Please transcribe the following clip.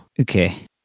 Okay